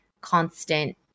constant